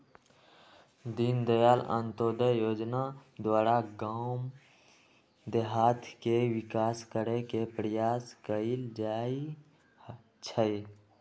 दीनदयाल अंत्योदय जोजना द्वारा गाम देहात के विकास करे के प्रयास कएल जाइ छइ